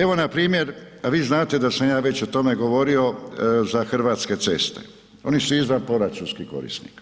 Evo npr. a vi znate da sam ja već o tome govorio, za Hrvatske ceste, oni su izvanproračunski korisnik